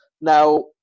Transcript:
Now